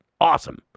awesome